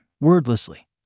Wordlessly